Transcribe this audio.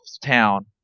town